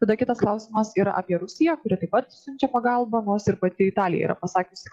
tada kitas klausimas yra apie rusiją kuri taip pat siunčia pagalbą nors ir pati italija yra pasakiusi